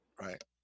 Right